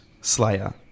Slayer